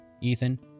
Ethan